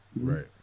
Right